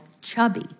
Chubby